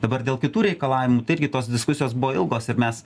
dabar dėl kitų reikalavimų tai irgi tos diskusijos buvo ilgos ir mes